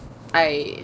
I